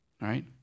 right